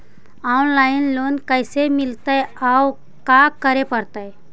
Online loan कैसे मिलतै औ का करे पड़तै?